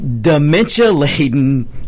dementia-laden